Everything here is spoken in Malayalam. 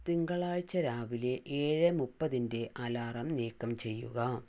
തിങ്കളാഴ്ച രാവിലെ ഏഴ് മുപ്പതിന്റെ അലാറം നീക്കം ചെയ്യുക